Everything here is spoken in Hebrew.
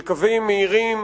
של קווים מהירים,